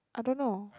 I don't know